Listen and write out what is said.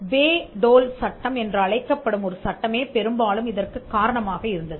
Bayh Dole சட்டம் என்று அழைக்கப்படும் ஒரு சட்டமே பெரும்பாலும் இதற்கு காரணமாக இருந்தது